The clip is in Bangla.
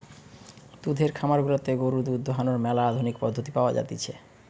দুধের খামার গুলাতে গরুর দুধ দোহানোর ম্যালা আধুনিক পদ্ধতি পাওয়া জাতিছে